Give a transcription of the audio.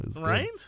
Right